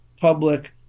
public